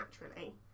naturally